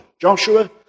Joshua